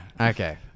okay